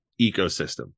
ecosystem